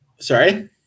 Sorry